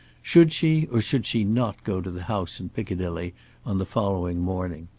should she or should she not go to the house in piccadilly on the following morning?